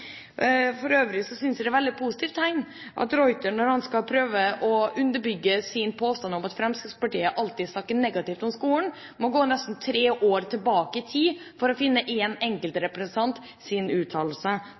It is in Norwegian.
For øvrig syns jeg det er et veldig positivt tegn at de Ruiter – når han skal prøve å underbygge sin påstand om at Fremskrittspartiet alltid snakker negativt om skolen – må gå nesten tre år tilbake i tid for å finne en